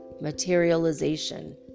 Materialization